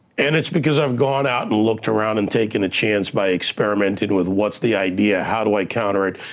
and it's because i've gone out and looked around and taken a chance by experimenting with what's the idea, how do i counter it,